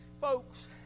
folks